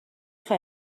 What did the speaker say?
خوای